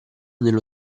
nello